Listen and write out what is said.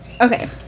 Okay